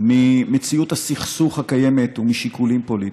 ממציאות הסכסוך הקיימת ומשיקולים פוליטיים.